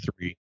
three